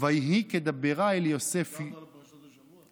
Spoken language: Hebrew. "ויהי כדברה אל יוסף, " הגעת לפרשת השבוע?